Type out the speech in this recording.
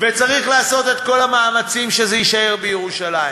וצריך לעשות את כל המאמצים שזה יישאר בירושלים.